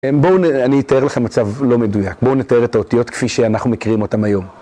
בואו אני אתאר לכם מצב לא מדויק, בואו נתאר את האותיות כפי שאנחנו מכירים אותן היום.